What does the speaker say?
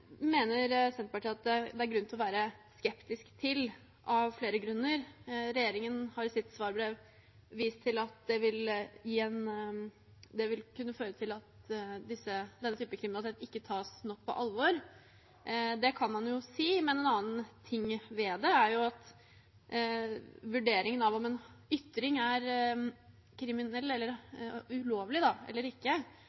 mener Senterpartiet det er grunn til å være skeptisk til av flere grunner. Regjeringen har i sitt svarbrev vist til at det vil kunne føre til at denne typen kriminalitet ikke tas nok på alvor. Det kan man jo si, men en annen ting ved det er at vurderingen av om en ytring er ulovlig eller